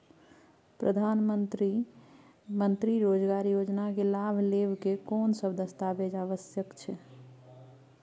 प्रधानमंत्री मंत्री रोजगार योजना के लाभ लेव के कोन सब दस्तावेज आवश्यक छै?